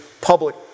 public